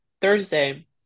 thursday